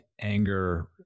anger